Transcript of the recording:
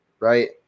Right